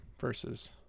versus